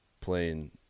playing –